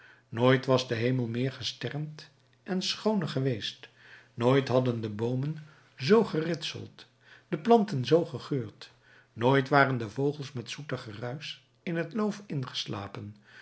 nooit was de hemel meer gesternd en schooner geweest nooit hadden de boomen zoo geritseld de planten zoo gegeurd nooit waren de vogels met zoeter geruisch in het loof ingeslapen